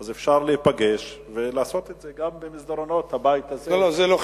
אז אפשר להיפגש ולעשות את זה גם במסדרונות הבית הזה.